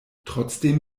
trotzdem